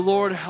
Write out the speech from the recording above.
Lord